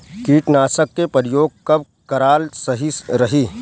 कीटनाशक के प्रयोग कब कराल सही रही?